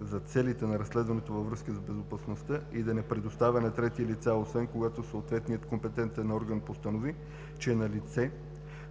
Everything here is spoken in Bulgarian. за целите на разследването във връзка с безопасността и да не предоставя на трети лица, освен когато съответният компетентен орган постанови, че е налице